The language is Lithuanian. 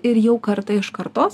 ir jau karta iš kartos